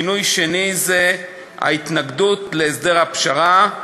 השינוי השני זה ההתנגדות להסדר הפשרה.